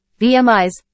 VMIs